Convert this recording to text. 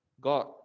God